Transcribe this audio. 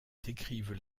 décrivent